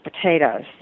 potatoes